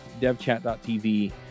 devchat.tv